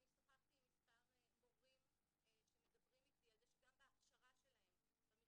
ואני שוחחתי עם מספר מורים שמדברים איתי על זה שגם בהכשרה שלי במכללות,